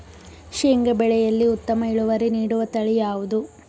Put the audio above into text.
ಶೇಂಗಾ ಬೆಳೆಯಲ್ಲಿ ಉತ್ತಮ ಇಳುವರಿ ನೀಡುವ ತಳಿ ಯಾವುದು?